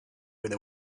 with